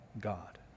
God